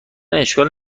اشکال